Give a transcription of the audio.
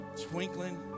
twinkling